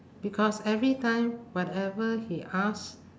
because every time whatever he ask